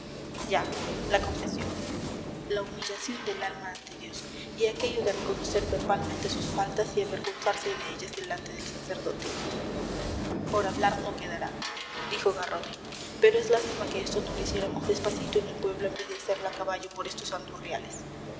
ya la confesión la humillación del alma ante dios y aquello de reconocer verbalmente sus faltas y avergonzarse de ellas delante del sacerdote por hablar no quedará dijo garrote pero es lástima que esto no lo hiciéramos despacito en el pueblo en vez de hacerlo a caballo por estos